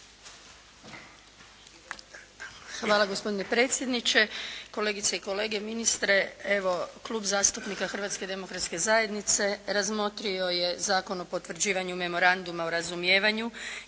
Hvala gospodine predsjedniče, kolegice i kolege, ministre. Evo Klub zastupnika Hrvatske demokratske zajednice razmotrio je Zakon o potvrđivanju Memoranduma o razumijevanju